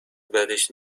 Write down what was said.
بدش